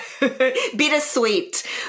Bittersweet